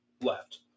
left